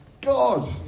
God